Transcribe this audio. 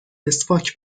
مسواک